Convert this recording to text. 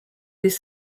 des